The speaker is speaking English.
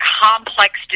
complex